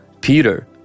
Peter